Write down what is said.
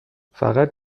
فقط